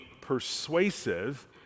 persuasive